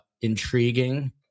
intriguing